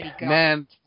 Man